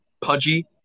pudgy